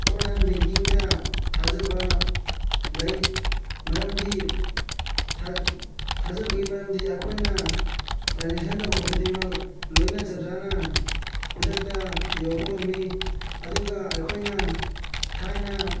online ꯕꯦꯡꯀꯤꯡꯗ ꯊꯥꯖꯕ ꯂꯩ ꯃꯔꯝꯗꯤ ꯊꯥꯖꯕꯒꯤ ꯃꯔꯝꯗꯤ ꯑꯩꯈꯣꯏꯅ ꯇ꯭ꯔꯥꯟꯖꯦꯛꯁꯟ ꯇꯧꯕ ꯈꯨꯗꯤꯡꯃꯛ ꯂꯣꯏꯅ ꯆꯞ ꯆꯥꯅ ꯈꯨꯗꯛꯇ ꯌꯧꯕ ꯉꯝꯃꯤ ꯑꯗꯨꯒ ꯑꯩꯈꯣꯏꯅ ꯊꯥꯏꯅ